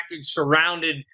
surrounded